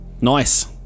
nice